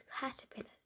caterpillars